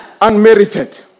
Unmerited